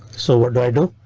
so what do i do?